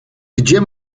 gdzie